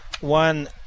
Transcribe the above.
one